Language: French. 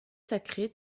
sacrée